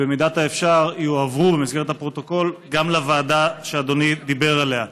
ובמידת האפשר יועברו במסגרת הפרוטוקול גם לוועדה שאדוני דיבר עליה.